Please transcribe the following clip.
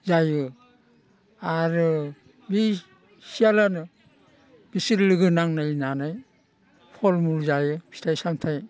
जायो आरो बे सियालानो बिसोर लोगो नांलायनानै फलमुल जायो फिथाय सामथाय